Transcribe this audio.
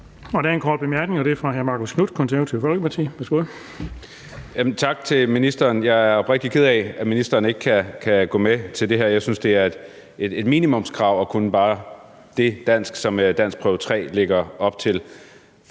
Der er en kort bemærkning fra hr. Marcus Knuth, Det Konservative Folkeparti. Værsgo. Kl. 14:32 Marcus Knuth (KF): Tak til ministeren. Jeg er oprigtigt ked af, at ministeren ikke kan gå med til det her. Jeg synes, at det er et minimumskrav bare at skulle kunne det dansk, som danskprøve 3 lægger op til.